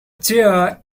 chair